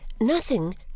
Nothing